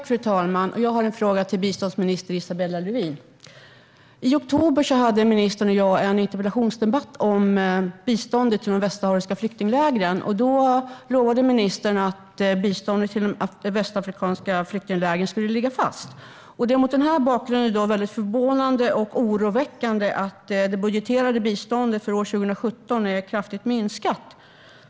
Fru talman! Jag har en fråga till biståndsminister Isabella Lövin. I oktober hade ministern och jag en interpellationsdebatt om biståndet till de västsahariska flyktinglägren. Då lovade ministern att biståndet till de västsahariska flyktinglägren skulle ligga fast. Det är mot den bakgrunden väldigt förvånande och oroväckande att det budgeterade biståndet för år 2017 är kraftigt minskat.